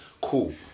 cool